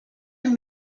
were